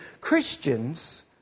Christians